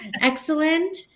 excellent